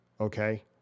Okay